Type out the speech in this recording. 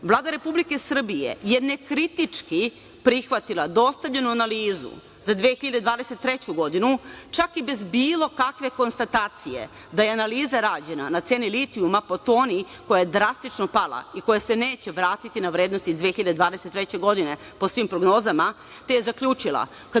berzi. Vlada Republike Srbije je nekritički prihvatila dostavljenu analizu za 2023. godinu, čak i bez bilo kakve konstatacije da je analiza rađena na ceni litijuma po toni koja je drastično pala i koja se neće vratiti na vrednosti iz 2023. godine, po svim prognozama, te je zaključila,